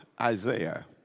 Isaiah